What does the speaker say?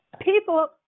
people